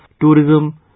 tourism